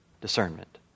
discernment